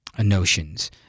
Notions